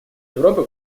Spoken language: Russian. европы